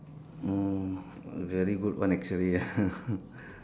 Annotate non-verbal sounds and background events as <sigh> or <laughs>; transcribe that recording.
oh a very good one actually ah <laughs>